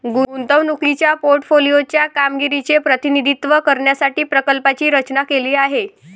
गुंतवणुकीच्या पोर्टफोलिओ च्या कामगिरीचे प्रतिनिधित्व करण्यासाठी प्रकल्पाची रचना केली आहे